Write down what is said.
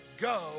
go